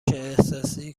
احساسی